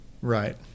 Right